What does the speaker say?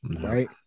Right